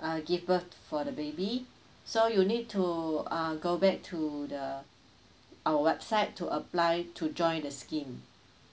uh give birth for the baby so you need to uh go back to the our website to apply to join the scheme